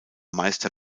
meister